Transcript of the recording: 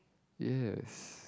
yes